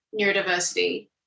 neurodiversity